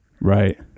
Right